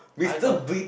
I got